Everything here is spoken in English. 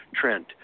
Trent